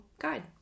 guide